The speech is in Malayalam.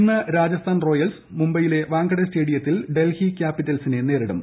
ഇന്ന് രാജസ്ഥാൻ റോയൽസ് മുംബൈയിലെ വാങ്കഡെ സ്റ്റേഡിയത്തിൽ ഡൽഹി ക്യാപ്പിറ്റൽസിനെ നേരിടും